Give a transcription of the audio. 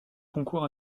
concours